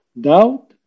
doubt